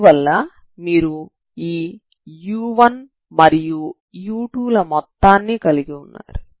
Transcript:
అందువల్ల మీరు ఈ u1 మరియు u2 ల మొత్తాన్ని కలిగి ఉన్నారు